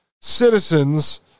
citizens